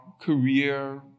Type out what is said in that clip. career